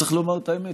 צריך לומר את האמת,